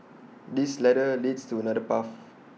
this ladder leads to another path